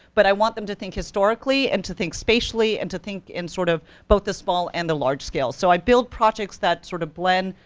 but i want them to think historically, and to think spatially, and to think in, sort of, both the small and the large scales. so i build projects that sort of blend,